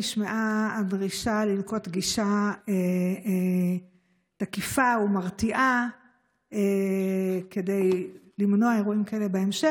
נשמעה הדרישה לנקוט גישה תקיפה ומרתיעה כדי למנוע אירועים כאלה בהמשך.